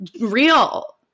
real